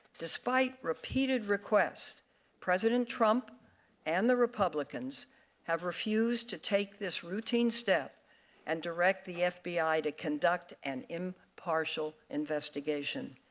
despite repeated requests president trump and the republicans have refused to take this routine step and direct the fbi to conduct an impartial investigation.